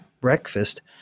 breakfast